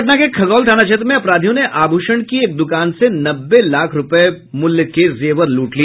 पटना के खगौल थाना क्षेत्र में अपराधियों ने आभूषण की एक द्वकान से नब्बे लाख रुपये मूल्य के जेवर लूट लिए